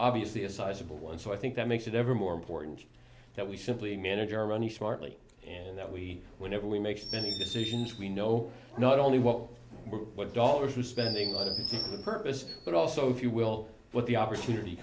obviously a sizable one so i think that makes it ever more important that we simply manage our money smartly and that we whenever we make any decisions we know not only what what dollar to spending on a visit the purpose but also if you will what the opportunity